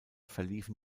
verliefen